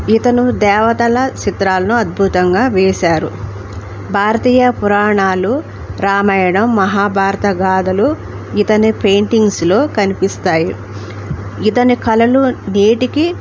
ఇతను దేవతల చిత్రాలను అద్భుతంగా వేేశారు భారతీయ పురాణాలు రామాయణం మహాభారతగాథలు ఇతని పెయింటింగ్స్లో కనిపిస్తాయి ఇతని కళలు నేటికి